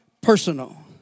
personal